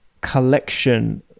collection